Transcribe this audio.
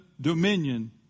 dominion